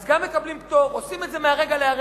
אז גם מקבלים פטור, עושים את זה מרגע לרגע.